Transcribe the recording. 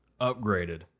upgraded